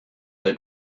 they